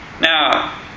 Now